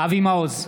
אבי מעוז,